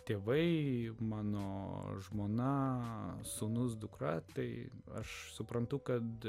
tėvai mano žmona sūnus dukra tai aš suprantu kad